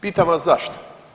Pitam vas zašto?